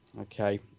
Okay